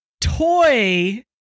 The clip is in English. toy